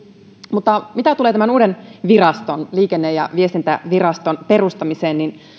mutta mitä tulee tämän uuden viraston liikenne ja viestintäviraston perustamiseen niin